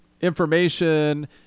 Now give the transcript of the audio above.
information